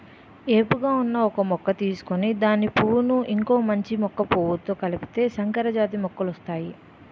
ఏపుగా ఉన్న మొక్క తీసుకొని దాని పువ్వును ఇంకొక మంచి మొక్క పువ్వుతో కలిపితే సంకరజాతి మొక్కలొస్తాయి